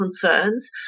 concerns